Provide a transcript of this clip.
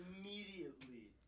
immediately